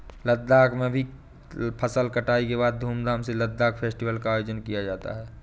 लद्दाख में भी फसल कटाई के बाद धूमधाम से लद्दाख फेस्टिवल का आयोजन किया जाता है